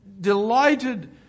delighted